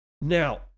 Now